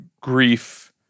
Grief